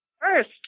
first